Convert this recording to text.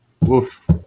Woof